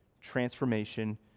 transformation